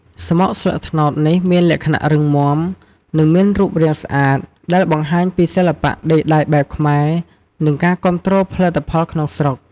ស្មុកស្លឹកត្នោតនេះមានលក្ខណៈរឹងមាំ និងមានរូបរាងស្អាត ដែលបង្ហាញពីសិល្បៈដេរដៃបែបខ្មែរ និងការគាំទ្រផលិតផលក្នុងស្រុក។